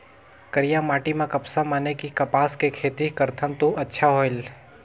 करिया माटी म कपसा माने कि कपास के खेती करथन तो अच्छा होयल?